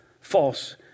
false